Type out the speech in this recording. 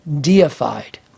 deified